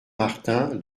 martin